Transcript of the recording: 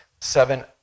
seven